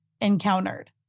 encountered